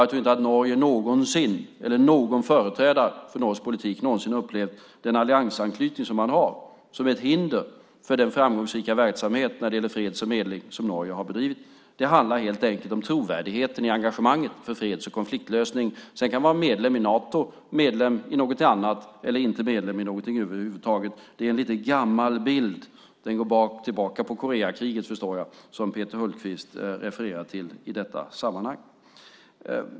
Jag tror inte att Norge eller någon företrädare för norsk politik någonsin har upplevt den alliansanknytning man har som ett hinder för den framgångsrika verksamhet när det gäller fred och medling som Norge har bedrivit. Det handlar helt enkelt om trovärdigheten i engagemanget för freds och konfliktlösning - sedan kan man vara medlem i Nato, något annat eller inte medlem i något över huvud taget. Det är en lite gammal bild - den går tillbaka till Koreakriget, förstår jag - som Peter Hultqvist refererar till i detta sammanhang.